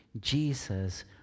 Jesus